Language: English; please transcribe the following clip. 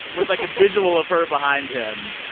with, like, a visual of her behind him.